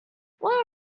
why